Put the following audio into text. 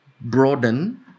broaden